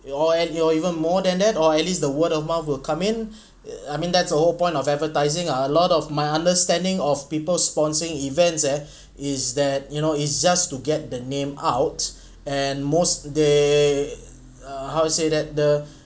or at or even more than that or at least the word of mouth will come in I mean that's the whole point of advertising ah a lot of my understanding of people sponsoring events eh is that you know it's just to get the name out and most they err how to say that the